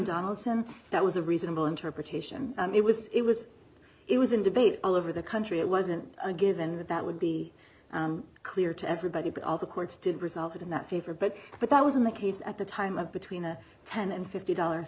donaldson that was a reasonable interpretation it was it was it was in debate all over the country it wasn't a given that that would be clear to everybody but all the courts did resulted in that favor but but that wasn't the case at the time of between a ten dollars and fifty dollars